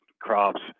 crops